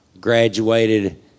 graduated